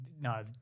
No